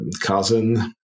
cousin